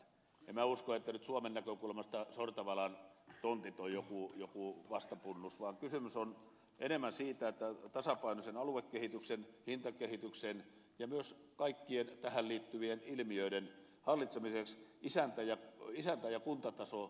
en minä usko että nyt suomen näkökulmasta sortavalan tontit ovat jokin vastapunnus vaan kysymys on enemmän siitä että tasapainoisen aluekehityksen hintakehityksen ja myös kaikkien tähän liittyvien ilmiöiden hallitsemiseksi isäntä ja isäntä ja kuntatasolla